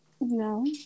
No